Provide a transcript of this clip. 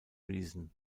reason